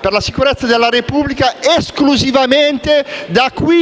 per la sicurezza della Repubblica esclusivamente da qui